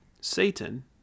Satan